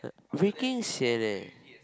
freaking sian leh